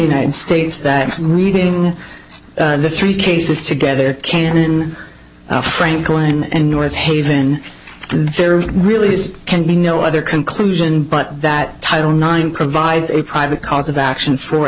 united states that reading the three cases together can franklin and north haven there really is can be no other conclusion but that title nine provides a private cause of action for